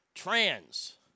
Trans